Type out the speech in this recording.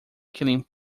killing